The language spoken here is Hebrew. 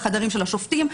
בחדרים של השופטים,